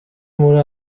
muri